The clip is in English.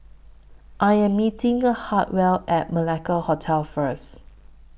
I Am meeting A Hartwell At Malacca Hotel First